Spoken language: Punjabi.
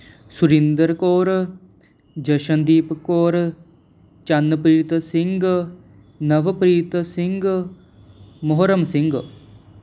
ਸੁਰਿੰਦਰ ਕੌਰ ਜਸ਼ਨਦੀਪ ਕੌਰ ਚੰਨਪ੍ਰੀਤ ਸਿੰਘ ਨਵਪ੍ਰੀਤ ਸਿੰਘ ਮੋਹਰਮ ਸਿੰਘ